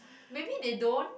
maybe they don't